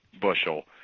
bushel